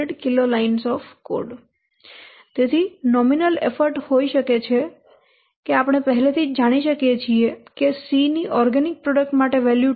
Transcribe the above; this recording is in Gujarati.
તેથી નોમિનલ એફર્ટ હોઈ શકે કે આપણે પહેલેથી જ જાણી શકીએ છીએ કે c ની ઓર્ગેનિક પ્રોડક્ટ માટે વેલ્યુ 2